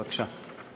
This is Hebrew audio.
בבקשה.